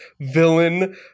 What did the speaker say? villain